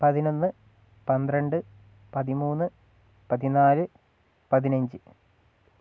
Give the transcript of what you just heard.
പതിനൊന്ന് പന്ത്രണ്ട് പതിമൂന്ന് പതിനാല് പതിനഞ്ച്